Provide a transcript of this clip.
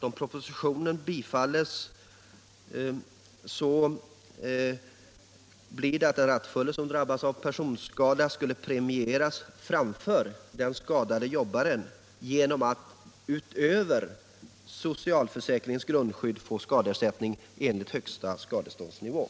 Om propositionen bifalls, innebär det Fredagen den att den rattfulle som drabbas av personskada premieras framför den ska — 12 december 1975 dade jobbaren genom att rattfylleristen wröver socialförsäkringens grundskydd får skadeersättning enligt den högsta skadeståndsnivån.